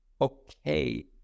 okay